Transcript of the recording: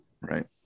right